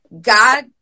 God